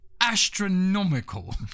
astronomical